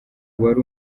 wari